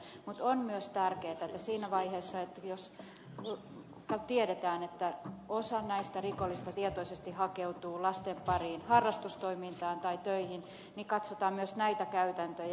mutta on myös tärkeätä että siinä vaiheessa jos tiedetään että osa näistä rikollisista tietoisesti hakeutuu lasten pariin harrastustoimintaan tai töihin katsotaan myös näitä käytäntöjä